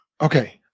okay